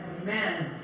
Amen